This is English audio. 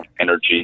energy